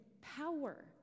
power